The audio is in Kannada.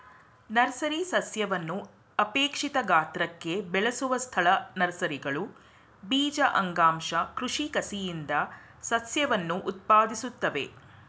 ನರ್ಸರಿ ಸಸ್ಯವನ್ನು ಅಪೇಕ್ಷಿತ ಗಾತ್ರಕ್ಕೆ ಬೆಳೆಸುವ ಸ್ಥಳ ನರ್ಸರಿಗಳು ಬೀಜ ಅಂಗಾಂಶ ಕೃಷಿ ಕಸಿಯಿಂದ ಸಸ್ಯವನ್ನು ಉತ್ಪಾದಿಸುತ್ವೆ